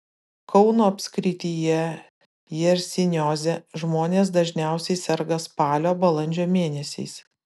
kauno apskrityje jersinioze žmonės dažniausiai serga spalio balandžio mėnesiais